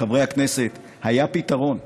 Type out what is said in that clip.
חברי הכנסת, היה פתרון.